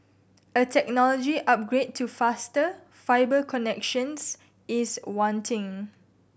a technology upgrade to faster fibre connections is wanting